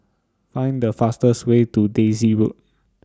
Find The fastest Way to Daisy Road